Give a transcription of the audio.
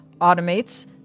automates